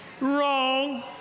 Wrong